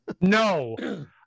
No